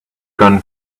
gun